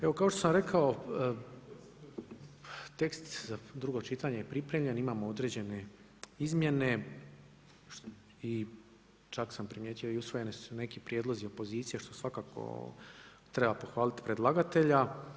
Evo kao što sam rekao, tekst za drugo čitanje je pripremljen, imamo određene izmjene i čak sam primijetio i usvojeni su neki prijedlozi opozicije što svakako treba pohvaliti predlagatelja.